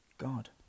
God